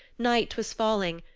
night was falling,